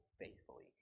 faithfully